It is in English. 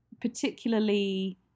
particularly